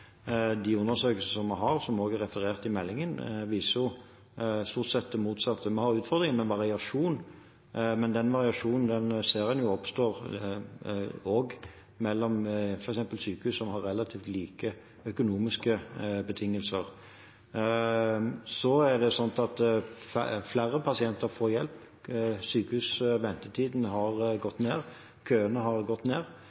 de undersøkelsene som vi har, som også er referert i meldingen, viser stort sett det motsatte. Vi har utfordringer med variasjonen, men den variasjonen ser en oppstår også mellom f.eks. sykehus som har relativt like økonomiske betingelser. Flere pasienter får hjelp. Sykehusventetiden har gått ned, køene har gått ned.